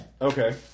Okay